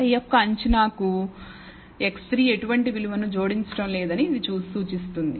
Y యొక్క అంచనాకు x3 ఎటువంటి విలువను జోడించడం లేదని ఇది సూచిస్తుంది